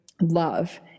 love